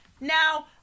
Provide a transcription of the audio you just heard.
Now